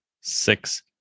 six